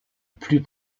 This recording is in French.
plus